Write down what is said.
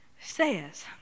says